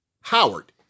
Howard